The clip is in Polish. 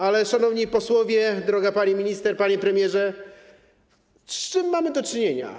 Ale, szanowni posłowie, droga pani minister, panie premierze, z czym mamy do czynienia?